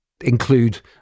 include